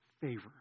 favor